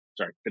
Sorry